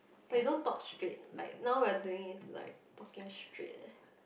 but you don't talk straight like now we're doing is like talking straight eh